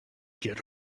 get